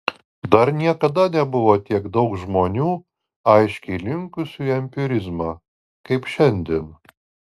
dar niekada nebuvo tiek daug žmonių aiškiai linkusių į empirizmą kaip šiandien